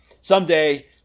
someday